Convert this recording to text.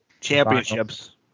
championships